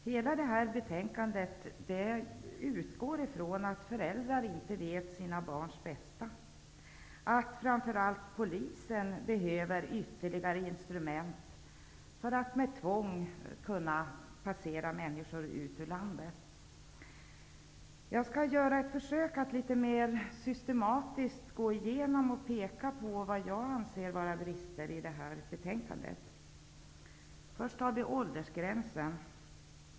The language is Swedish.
Hela betänkandet utgår från att föräldrar inte vet sina barns bästa och att framför allt polisen behöver ytterligare instrument för att med tvång kunna förpassa människor ut ur landet. Jag skall göra ett försök att litet mer systematiskt gå igenom och peka på vad jag anser vara brister i det här betänkandet. Först vill jag ta upp åldersgränsen.